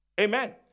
Amen